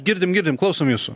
girdim girdim klausom jūsų